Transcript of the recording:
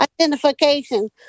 identification